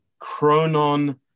chronon